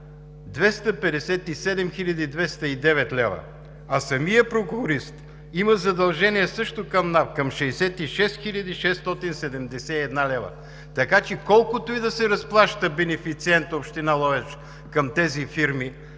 хил. 209 лв. А самият прокурист има задължения също към НАП – към 66 хил. 671 лв. Така че колкото и да се разплаща бенефициентът Община Ловеч към тези фирми,